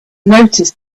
noticed